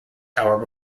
hour